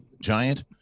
giant